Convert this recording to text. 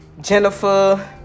Jennifer